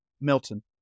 Milton